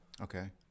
Okay